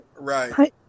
Right